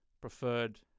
preferred